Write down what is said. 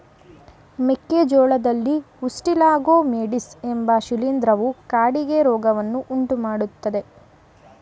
ಮೆಕ್ಕೆ ಜೋಳದಲ್ಲಿ ಉಸ್ಟಿಲಾಗೊ ಮೇಡಿಸ್ ಎಂಬ ಶಿಲೀಂಧ್ರವು ಕಾಡಿಗೆ ರೋಗವನ್ನು ಉಂಟುಮಾಡ್ತದೆ